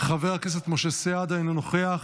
חבר הכנסת משה סעדה, אינו נוכח,